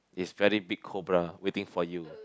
is very big cobra waiting for you